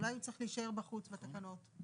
אולי הוא צריך להישאר בחוץ בתקנות.